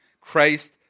Christ